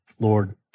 Lord